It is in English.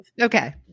Okay